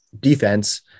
defense